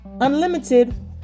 unlimited